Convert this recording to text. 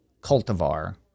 cultivar